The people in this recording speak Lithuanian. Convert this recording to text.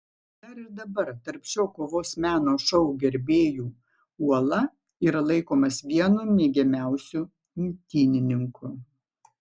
dar ir dabar tarp šio kovos meno šou gerbėjų uola yra laikomas vienu mėgiamiausiu imtynininku